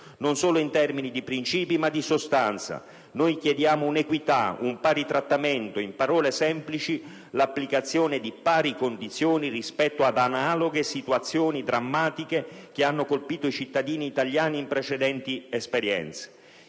Non solo in termini di princìpi ma di sostanza, noi chiediamo una equità, un pari trattamento, in parole semplici, l'applicazione di pari condizioni rispetto ad analoghe drammatiche situazioni che hanno colpito i cittadini italiani in precedenti esperienze.